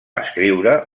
escriure